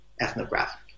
ethnographic